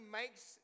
makes